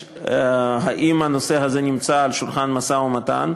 אם הנושא הזה נמצא על שולחן המשא-ומתן,